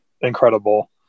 incredible